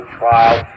trial